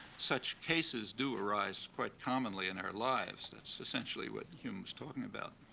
such cases do arise quite commonly in our lives. that's essentially what hume was talking about.